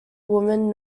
woman